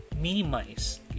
minimize